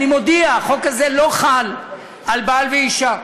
החוק הזה לא חל על בעל ואישה.